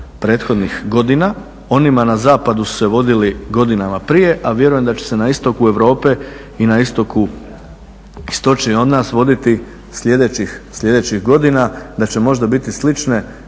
prethodnih godina. Onima na zapadu su se vodili godinama prije, a vjerujem da će se na istoku Europe i na istoku, istočnije od nas voditi sljedećih godina, da će možda biti slične